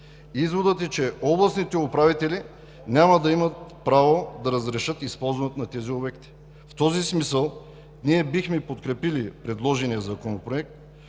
Изводът е, че областните управители няма да имат право да разрешат използването на тези обекти. В този смисъл бихме подкрепили предложения законопроект,